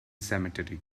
cemetery